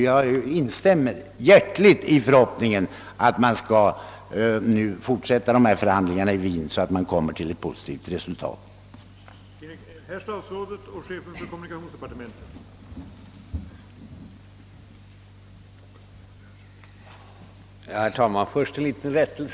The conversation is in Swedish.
Jag instämmer hjärtligt i statsrådet Palmes förhoppning om att förhandlingarna i Wien skall fortsättas så att ett positivt resultat uppnås.